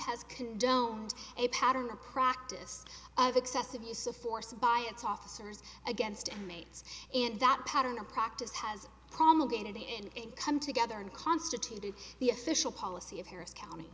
has condoned a pattern a practice of excessive use of force by its officers against and mates and that pattern the practice has promulgated in come together in constituted the official policy of harris county